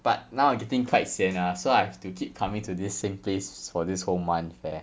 but now I'm getting quite sian lah so I have to keep coming to this same place for this whole month eh